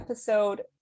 Episode